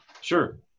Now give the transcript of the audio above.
Sure